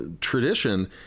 tradition